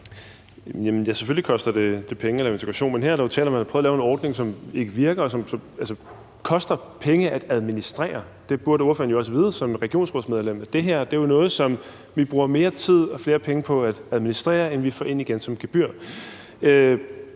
selvfølgelig koster det penge at lave integration. Men her er der jo tale om, at man har prøvet at lave en ordning, som ikke virker, og som koster penge at administrere. Det burde ordføreren jo også vide som regionsrådsmedlem, altså at det her noget, som vi bruger mere tid og flere penge på at administrere, end vi får en igen i gebyrer.